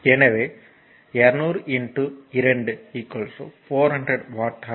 எனவே 200 2 400 watt hour